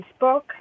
Facebook